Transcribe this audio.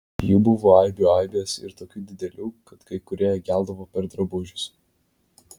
jų buvo aibių aibės ir tokių didelių kad kai kurie įgeldavo per drabužius